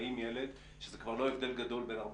החינוך בחינוך החרדי הפכה להיות סוגיה משמעותית בשבועות